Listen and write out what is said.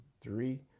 three